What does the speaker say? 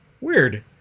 Weird